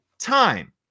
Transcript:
Time